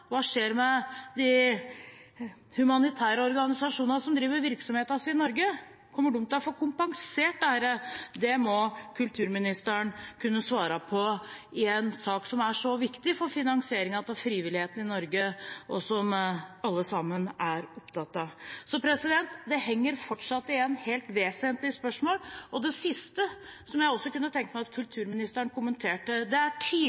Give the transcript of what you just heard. da? Hva skjer med de humanitære organisasjonene som driver virksomheten sin i Norge? Kommer de til å få kompensert dette? Det må kulturministeren kunne svare på i en sak som er så viktig for finansieringen av frivilligheten i Norge, og som alle sammen er opptatt av. Det henger altså fortsatt igjen noen helt vesentlige spørsmål. Det siste som jeg også kunne tenke meg at kulturministeren kommenterte, er følgende: Det